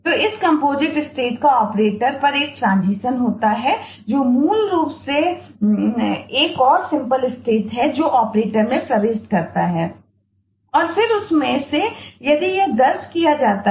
तो इस composite state में ले जाता है